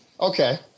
okay